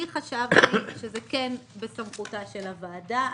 אני חשבתי שזה כן בסמכותה של הוועדה.